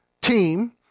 team